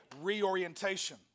reorientation